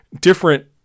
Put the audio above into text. different